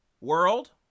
World